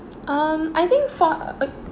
um I think for uh